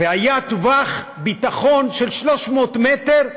היה טווח ביטחון של 300 מטר מהגדר,